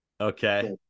Okay